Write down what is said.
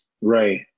Right